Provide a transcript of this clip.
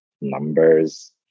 numbers